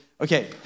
Okay